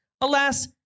Alas